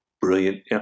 brilliant